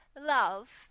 love